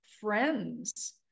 friends